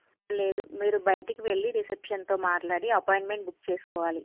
లేదు మీరు బయటికి వెళ్ళి రిసెప్షన్తో మాట్లాడి అపాయింట్మెంట్ బుక్ చేసుకోవాలి